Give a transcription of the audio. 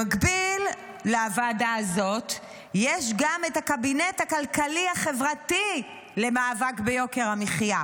במקביל לוועדה הזאת יש גם את הקבינט הכלכלי-חברתי למאבק ביוקר המחיה,